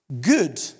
good